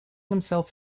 himself